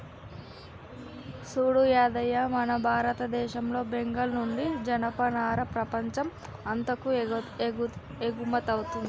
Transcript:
సూడు యాదయ్య మన భారతదేశంలో బెంగాల్ నుండి జనపనార ప్రపంచం అంతాకు ఎగుమతౌతుంది